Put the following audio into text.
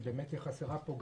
היא באמת חסרה פה.